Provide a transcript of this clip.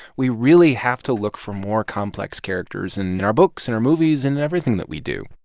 we really have to look for more complex characters in our books and our movies and and everything that we do